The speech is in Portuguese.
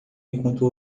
enquanto